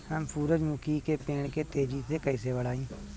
हम सुरुजमुखी के पेड़ के तेजी से कईसे बढ़ाई?